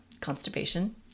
constipation